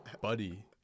Buddy